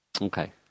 Okay